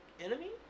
Enemy